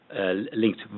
linked